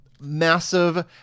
massive